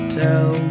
tell